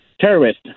terrorist